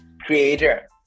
creator